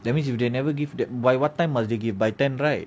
that means if they never give that by what time must they give by ten right